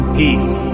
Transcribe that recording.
peace